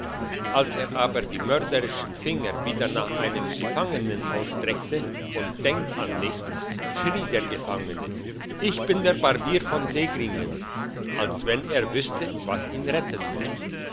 als er aber die mörderischen finger wieder nach einem gefangenen ausstreckte und denkt an nichts schrie der gefangene ich bin der barbier von segringen als wenn er wüsste was ihn retten muss